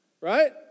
right